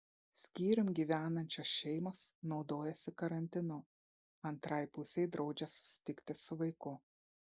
skyrium gyvenančios šeimos naudojasi karantinu antrai pusei draudžia susitikti su vaiku